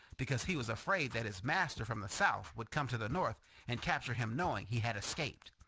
because he was afraid that his master from the south would come to the north and capture him knowing he had escaped.